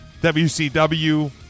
WCW